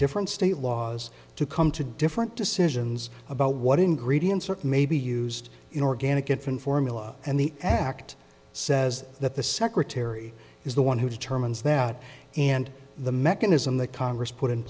different state laws to come to different decisions about what ingredients are may be used in organic infant formula and the act says that the secretary is the one who determines that and the mechanism that congress put in